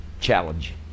challenge